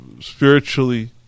spiritually